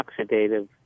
oxidative